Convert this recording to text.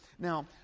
Now